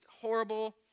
horrible